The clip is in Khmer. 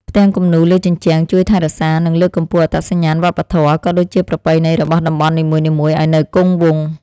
ផ្ទាំងគំនូរលើជញ្ជាំងជួយថែរក្សា និងលើកកម្ពស់អត្តសញ្ញាណវប្បធម៌ ក៏ដូចជាប្រពៃណីរបស់តំបន់នីមួយៗឱ្យនៅគង់វង្ស។